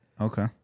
Okay